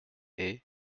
est